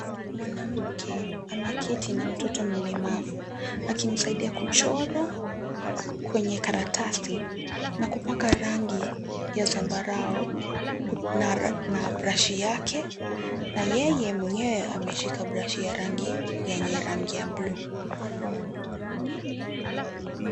Mwanamke ameketi na mtoto mlemavu, kimsaidia kuchora kwenye karatasi na kupaka rangi ya zambarau na brashi yake na yeye mwenyeme ameshika brashi ya rangi yenye rangi ya buluu.